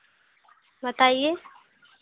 बताइए